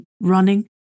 running